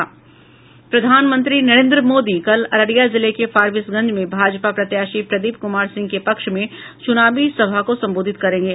प्रधानमंत्री नरेन्द्र मोदी कल अररिया जिले के फारबिसगंज में भाजपा प्रत्याशी प्रदीप कुमार सिंह के पक्ष में चुनावी सभा को संबोधित करेंगे